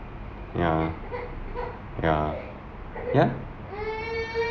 ya ya yeah